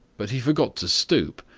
but he forgot to stoop,